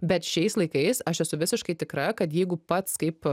bet šiais laikais aš esu visiškai tikra kad jeigu pats kaip